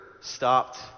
stopped